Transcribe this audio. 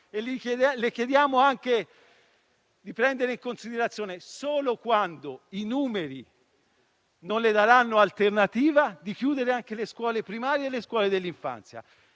le chiediamo anche di prendere in considerazione, solo quando i numeri non le daranno alternativa, di chiudere anche le scuole primarie e le scuole dell'infanzia,